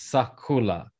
Sakula